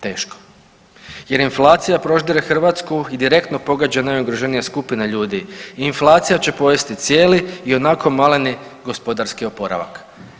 Teško jer inflacija proždire Hrvatsku i direktno pogađa najugroženije skupine ljudi i inflacija će pojesti cijeli ionako maleni gospodarski oporavak.